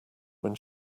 when